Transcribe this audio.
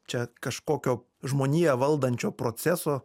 čia kažkokio žmoniją valdančio proceso